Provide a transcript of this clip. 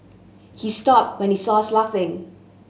he stopped when he saw us laughing